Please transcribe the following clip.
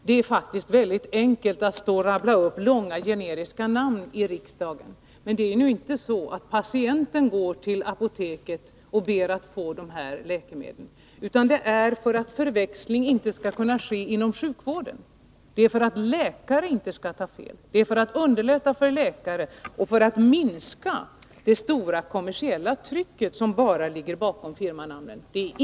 Det är faktiskt väldigt enkelt att rabbla upp långa generiska namn i riksdagen, men det förhåller sig ju inte så att patienten går till apoteket och ber att få de här läkemedlen. Ett nytt märkningssystem behövs för att förväxling inte skall ske inom sjukvården, för att läkare inte skall ta fel, för att underlätta för läkare och för att minska det stora kommersiella trycket, som är det enda som ligger bakom firmanamnet.